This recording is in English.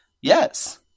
yes